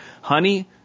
Honey